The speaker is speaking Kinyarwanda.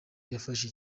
yafashe